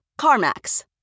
CarMax